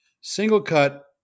single-cut